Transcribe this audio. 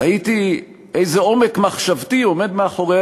תהיתי איזה עומק מחשבתי עומד מאחורי